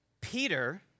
Peter